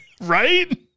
Right